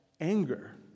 anger